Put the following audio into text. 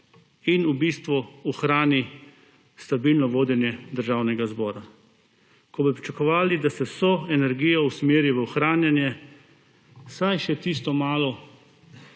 in v bistvu ohrani stabilno vodenje Državnega zbora. Ko bi pričakovali, da se vsa energija usmeri v ohranjanje vsaj še tisto malega,